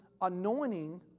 anointing